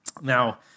Now